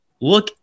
look